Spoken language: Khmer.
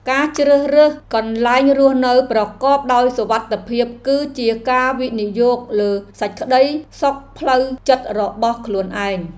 ការជ្រើសរើសកន្លែងរស់នៅប្រកបដោយសុវត្ថិភាពគឺជាការវិនិយោគលើសេចក្តីសុខផ្លូវចិត្តរបស់ខ្លួនឯង។